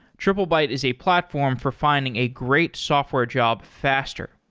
triplebyte is a platform for finding a great software job faster.